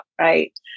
Right